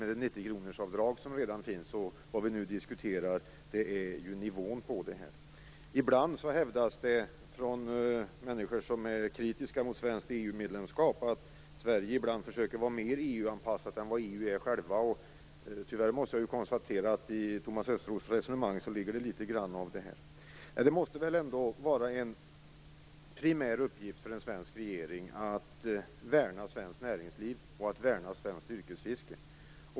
Det finns ju ett avdrag på 90 kr redan. Vad vi nu diskuterar är nivån. De som är kritiska mot svenskt EU-medlemskap hävdar ibland att Sverige försöker vara mer EU anpassat än EU själv. Tyvärr måste jag konstatera att det ligger något sådant i Thomas Östros resonemang. Det måste vara en primär uppgift för en svensk regering att värna svenskt näringsliv och svenskt yrkesfiske.